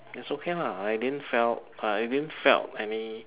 it's okay lah I didn't felt I didn't felt any